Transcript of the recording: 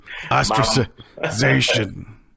Ostracization